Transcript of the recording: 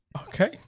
Okay